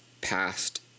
past